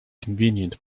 convenient